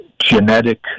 genetic